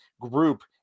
group